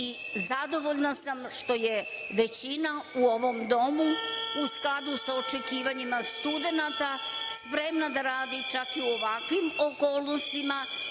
i zadovoljna sam što je većina u ovom domu u skladu sa očekivanjima studenata, spremna da radi čak i u ovakvim okolnostima